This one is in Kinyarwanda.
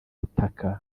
butaka